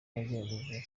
yagerageje